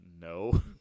no